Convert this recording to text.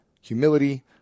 Humility